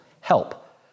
Help